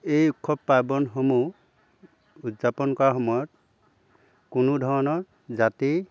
এই উৎসৱ পাৰ্বণসমূহ উদযাপন কৰাৰ সময়ত কোনো ধৰণৰ জাতি